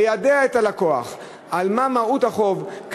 תיידע את הלקוח מה מהות החוב,